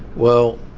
well,